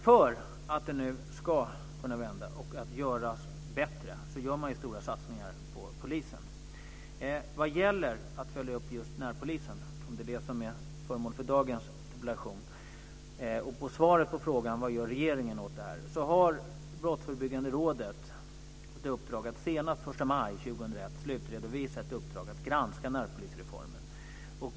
För att det nu ska kunna vända och att det hela ska göras bättre så gör man nu stora satsningar på polisen. Vad gäller att följa upp just närpolisen - eftersom det är det som är föremål för dagens interpellation - och som svar på frågan om vad regeringen gör kan jag säga att Brottsförebyggande rådet har ett uppdrag som ska slutredovisas senast 1 maj 2001. Det handlar om att granska närpolisreformen.